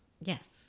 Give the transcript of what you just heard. Yes